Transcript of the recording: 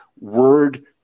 word